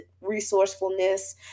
resourcefulness